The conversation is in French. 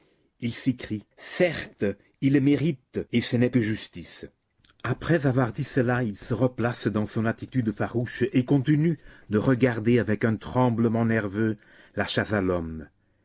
il s'écrie certes il le mérite et ce n'est que justice après avoir dit cela il se replace dans son attitude farouche et continue de regarder avec un tremblement nerveux la chasse à l'homme